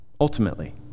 ultimately